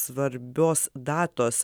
svarbios datos